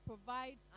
provide